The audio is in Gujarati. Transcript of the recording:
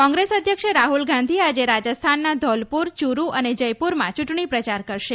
કોંગ્રેસ અધ્યક્ષ રાહુલ ગાંધી આજે રાજસ્થાનના ધોલપુર ચુરૂ અને જયપુરમાં ચૂંટણી પ્રચાર કરશે